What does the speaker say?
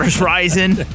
rising